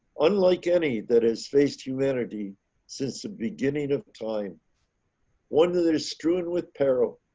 unlike any that is faced humanity since the beginning of time one of their strewn with peril,